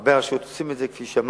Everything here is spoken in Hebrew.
הרבה רשויות עושות את זה, וכפי שאמרנו,